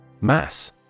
Mass